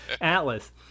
Atlas